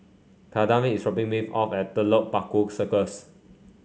Kadeem is dropping me off at Telok Paku Circus